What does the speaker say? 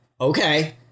Okay